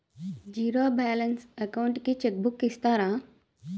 Zero balance account కి cheque book ఇస్తారా?